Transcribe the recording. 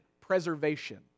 preservation